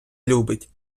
любить